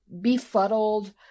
befuddled